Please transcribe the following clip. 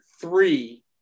three